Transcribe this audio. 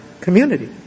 community